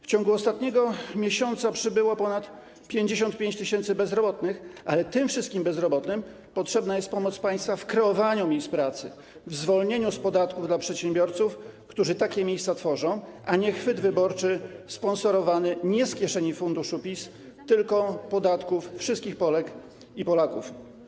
W ciągu ostatniego miesiąca przybyło ponad 55 tys. bezrobotnych, ale tym wszystkim bezrobotnym potrzebna jest pomoc państwa w kreowaniu miejsc pracy, zwolnienie z podatków dla przedsiębiorców, którzy takie miejsca tworzą, a nie chwyt wyborczy sponsorowany nie z kieszeni funduszu PiS, tylko z podatków wszystkich Polek i Polaków.